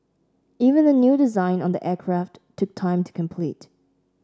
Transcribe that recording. even the new design on the aircraft took time to complete